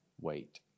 wait